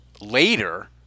later